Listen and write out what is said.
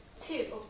two